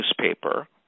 newspaper